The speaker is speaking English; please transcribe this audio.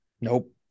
Nope